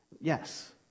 Yes